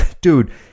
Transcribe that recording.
Dude